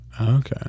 Okay